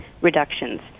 reductions